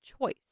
choice